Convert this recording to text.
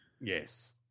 Yes